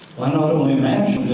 only imagine